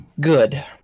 Good